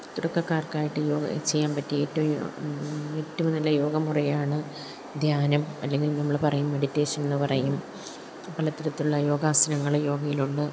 തുടക്കക്കാർക്കായിട്ട് യോഗ ചെയ്യാൻ പറ്റിയ ഏറ്റവും ഏറ്റവും നല്ല യോഗ മുറയാണ് ധ്യാനം അല്ലെങ്കിൽ നമ്മൾ പറയും മെഡിറ്റേഷൻ എന്നു പറയും പല തരത്തിലുള്ള യോഗാസനങ്ങൾ യോഗയിലുണ്ട്